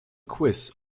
quiz